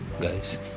guys